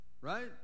right